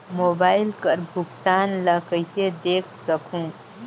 Mobile कर भुगतान ला कइसे देख सकहुं?